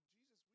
Jesus